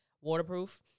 waterproof